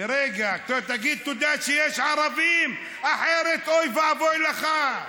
תגיד תודה שיש ערבים, אחרת אוי ואבוי לך.